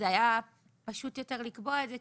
זה היה פשוט יותר לקבוע את זה,